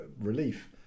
relief